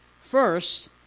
First